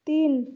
তিন